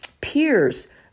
peers